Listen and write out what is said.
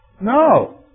No